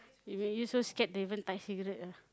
they make you so scared to even touch cigarette ah